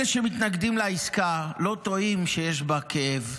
אלה שמתנגדים לעסקה לא טועים שיש בה כאב,